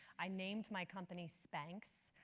i named my company spanx,